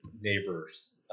neighbor's